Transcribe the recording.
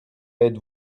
êtes